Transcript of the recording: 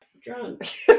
drunk